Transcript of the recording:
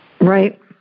Right